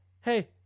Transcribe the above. Hey